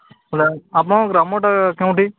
ବୋଲେ ଆପଣଙ୍କ ଗ୍ରାମଟା କେଉଁଠି